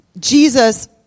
Jesus